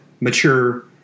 mature